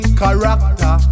character